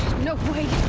no way!